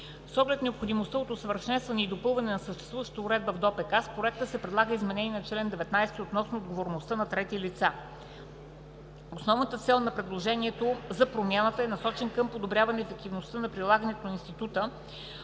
С оглед на необходимостта от усъвършенстване и допълване на съществуващата уредба в ДОПК с проекта се предлагат изменения в чл. 19 относно отговорността на трети лица. Основната цел на предложението за промяната е насочена към подобряване на ефективността на прилагането на института,